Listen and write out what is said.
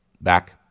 Back